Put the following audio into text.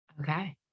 okay